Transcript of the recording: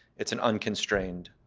it's an unconstrained,